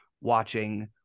watching